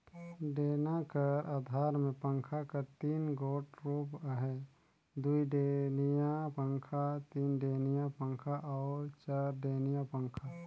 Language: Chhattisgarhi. डेना कर अधार मे पंखा कर तीन गोट रूप अहे दुईडेनिया पखा, तीनडेनिया पखा अउ चरडेनिया पखा